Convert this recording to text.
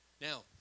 Now